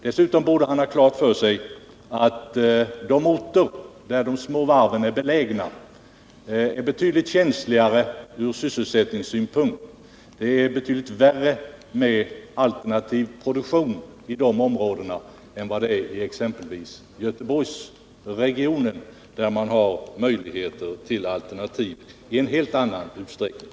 Dessutom borde han ha klart för sig att de orter, där de små varven är belägna, är mycket känsligare från sysselsättningssynpunkt. Det är betydligt svårare att i dessa områden ordna alternativproduktion än inom exempelvis Göteborgsregionen, där det finns alternativ i en helt annan utsträckning.